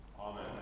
Amen